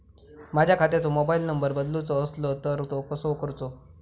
माझ्या खात्याचो mobile number बदलुचो असलो तर तो कसो करूचो?